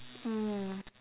mm